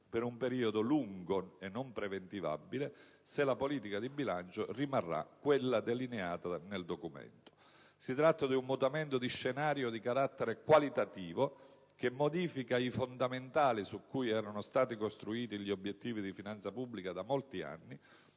per un periodo lungo e non preventivabile, se la politica di bilancio rimarrà quella delineata nel Documento. Si tratta di un mutamento di scenario di carattere qualitativo, che modifica i "fondamentali" su cui erano stati costruiti gli obiettivi di finanza pubblica da molti anni